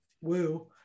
Woo